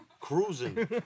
Cruising